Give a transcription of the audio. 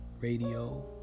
radio